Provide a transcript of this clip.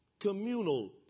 Communal